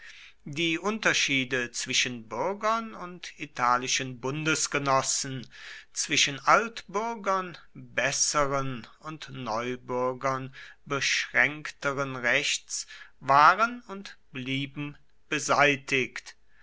die unterschiede zwischen bürgern und italischen bundesgenossen zwischen altbürgern besseren und neubürgern beschränkteren rechts waren und blieben beseitigt